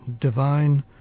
divine